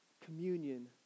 communion